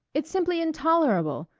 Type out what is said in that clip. it's simply intolerable.